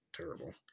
terrible